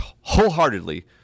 wholeheartedly